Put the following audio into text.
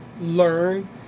learn